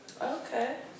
Okay